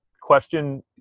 question